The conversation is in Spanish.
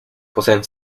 poseen